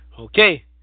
Okay